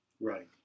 Right